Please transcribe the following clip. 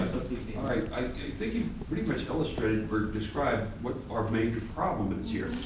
i think it pretty much illustrated or described what our major problem is here.